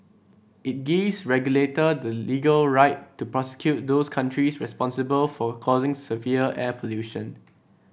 it gives regulators the legal right to prosecute those countries responsible for causing severe air pollution